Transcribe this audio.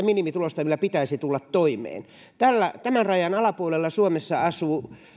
minimitulosta millä pitäisi tulla toimeen tämän rajan alapuolella suomessa elää